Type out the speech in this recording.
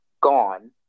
gone